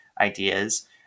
ideas